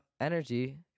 energy